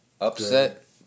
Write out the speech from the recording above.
Upset